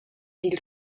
dil